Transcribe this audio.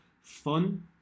fun